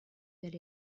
that